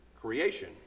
creation